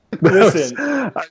Listen